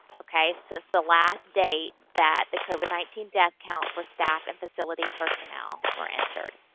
okay? since the last date that the covid nineteen death count for staff and facility personnel were entered.